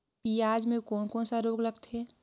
पियाज मे कोन कोन सा रोग लगथे?